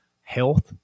health